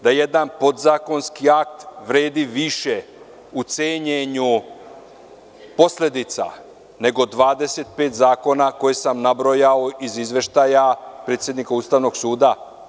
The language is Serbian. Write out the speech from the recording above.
Da jedan podzakonski akt vredi više u cenjenju posledica nego 25 zakona koje sam nabrojao iz izveštaja predsednika Ustavnog suda?